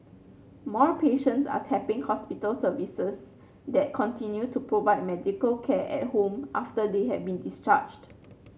more patients are tapping hospital services that continue to provide medical care at home after they have been discharged